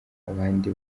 abandi